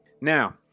now